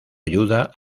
ayuda